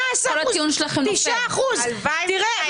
18 אחוזים ותשעה אחוזים לעומת 42 אחוזים.